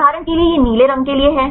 उदाहरण के लिए यह नीले रंग के लिए है